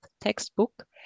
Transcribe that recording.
textbook